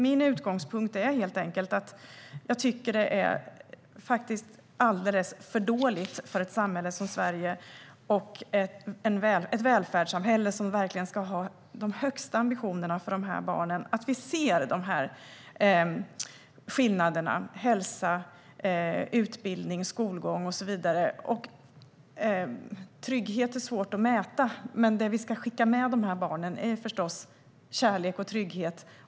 Min utgångspunkt är helt enkelt att jag tycker att det är alldeles för dåligt för ett samhälle som Sverige och ett välfärdssamhälle som verkligen ska ha de högsta ambitionerna för dessa barn att vi ser dessa skillnader i hälsa, utbildning, skolgång och så vidare. Trygghet är svår att mäta, men det vi ska skicka med de här barnen är förstås kärlek och trygghet.